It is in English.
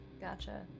Gotcha